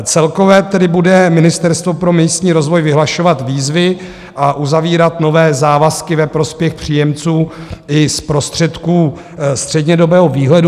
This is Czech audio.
Celkově tedy bude Ministerstvo pro místní rozvoj vyhlašovat výzvy a uzavírat nové závazky ve prospěch příjemců i z prostředků střednědobého výhledu 2024.